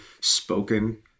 spoken